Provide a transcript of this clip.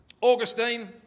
Augustine